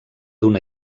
d’una